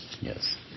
Yes